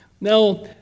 Now